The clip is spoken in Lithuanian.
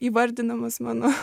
įvardinamas mano